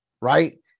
right